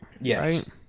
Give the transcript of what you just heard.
Yes